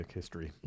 history